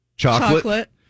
Chocolate